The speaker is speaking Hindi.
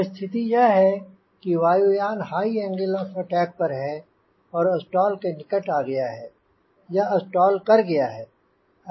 परिस्थिति यह है कि वायुयान हाई एंगल ऑफ़ अटैक पर है और स्टॉल के निकट आ गया है या स्टॉल कर गया है